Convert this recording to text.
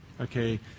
Okay